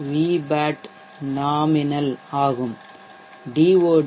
nomஆகும் DOD 0